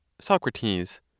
SOCRATES